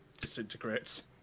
disintegrates